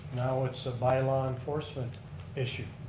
now it's a bylaw enforcement issue.